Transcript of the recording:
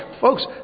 Folks